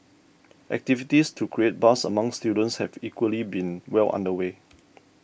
activities to create buzz among students have equally been well under way